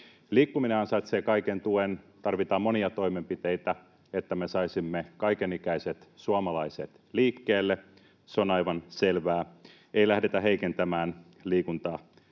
Liikkuminen ansaitsee kaiken tuen. Tarvitaan monia toimenpiteitä, että me saisimme kaikenikäiset suomalaiset liikkeelle. Se on aivan selvää. Ei lähdetä heikentämään